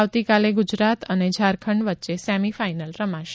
આવતીકાલે ગુજરાત અને ઝારખંડ વચ્ચે સેમિફાઇનલ રમાશે